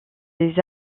les